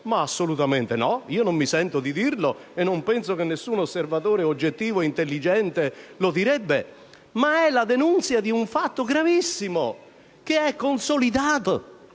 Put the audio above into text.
Assolutamente no: non mi sento di dirlo, e non penso che nessun osservatore oggettivo e intelligente lo direbbe. Questa è invece la denunzia di un fatto gravissimo e consolidato